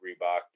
reebok